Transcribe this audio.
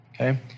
okay